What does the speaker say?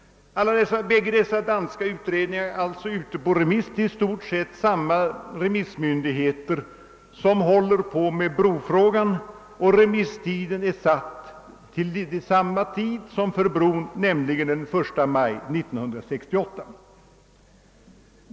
Bägge dessa danska utredningar är alltså ute på remiss hos i stort sett samma remissmyndigheter som håller på med brofrågan, och remisstiden är densamma som den remisstid som är fastställd beträffande broförbindelsen, nämligen den 1 maj 1968.